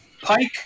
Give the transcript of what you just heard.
pike